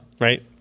right